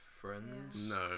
friends